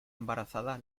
embarazada